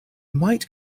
might